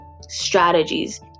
strategies